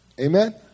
Amen